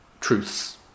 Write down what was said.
truths